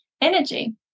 energy